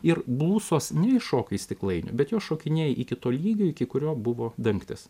ir blusos neiššoka iš stiklainio bet jos šokinėja iki to lygio iki kurio buvo dangtis